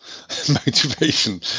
motivation